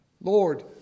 Lord